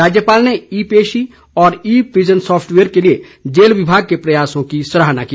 राज्यपाल ने ई पेशी और ई प्रिजन सॉफ्टवेयर के लिए जेल विभाग के प्रयासों की सराहना की